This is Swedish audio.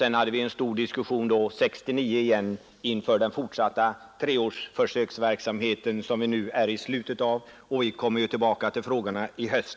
Sedan hade vi en stor diskussion 1969 igen inför den fortsatta treåriga verksamhet som vi nu är i slutet av — och vi kommer ju tillbaka till frågorna i höst.